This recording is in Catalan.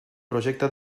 projecte